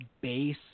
base